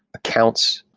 accounts,